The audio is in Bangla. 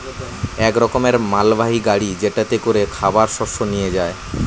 এক রকমের মালবাহী গাড়ি যেটাতে করে খাবার শস্য নিয়ে যায়